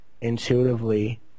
intuitively